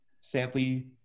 Sadly